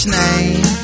name